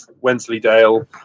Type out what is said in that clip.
Wensleydale